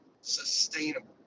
sustainable